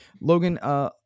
Logan